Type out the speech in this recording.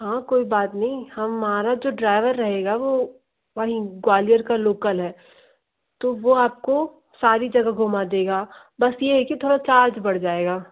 हाँ कोई बात नहीं हमारा जो ड्राइवर रहेगा वो वहीं ग्वालियर का लोकल है तो वो आपको सारी जगह घुमा देगा बस ये है की थोड़ा चार्ज बढ़ जाएगा